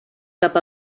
cap